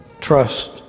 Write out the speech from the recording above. Trust